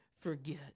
forget